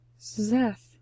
Zeth